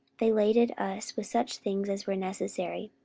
they laded us with such things as were necessary.